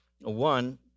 One